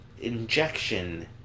injection